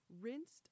Rinsed